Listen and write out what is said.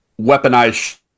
weaponized